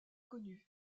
connue